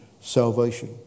salvation